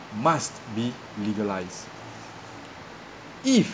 must be legalized if